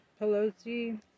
Pelosi